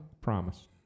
promise